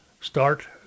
start